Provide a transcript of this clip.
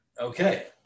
Okay